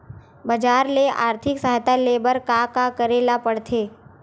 बजार ले आर्थिक सहायता ले बर का का करे ल पड़थे?